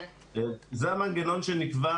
זה המנגנון שנקבע